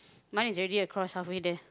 mine is already across halfway there